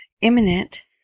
Imminent